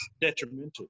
detrimental